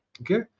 Okay